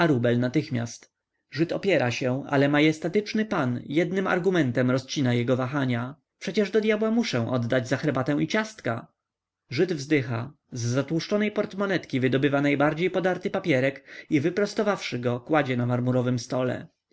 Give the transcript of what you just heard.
natychmiast żyd opiera się ale majestatyczny pan jednym argumentem rozcina jego wahania przecież do dyabła muszę oddać za herbatę i ciastka żyd wzdycha z zatłuszczonej portmonetki wydobywa najbardziej podarty papierek i wyprostowawszy go kładzie na marmurowym stole